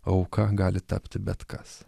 auka gali tapti bet kas